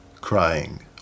crying